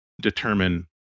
determine